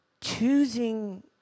Choosing